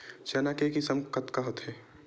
चना के किसम कतका होथे?